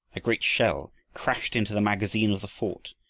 a great shell crashed into the magazine of the fort,